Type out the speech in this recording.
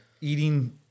eating